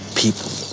people